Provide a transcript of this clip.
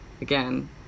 Again